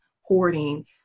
hoarding